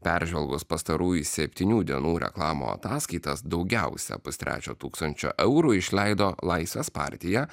peržvelgus pastarųjų septynių dienų reklamų ataskaitas daugiausia pustrečio tūkstančio eurų išleido laisvės partiją